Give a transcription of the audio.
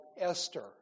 Esther